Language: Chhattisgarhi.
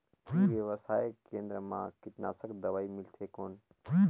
ई व्यवसाय केंद्र मा कीटनाशक दवाई मिलथे कौन?